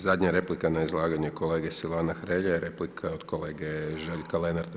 Zadnja replika na izlaganje kolege Silvana Hrelje je replika od kolege Željka Lenarta.